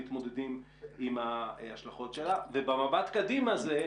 אבל הייתה במשרד האוצר על המבצע הזה,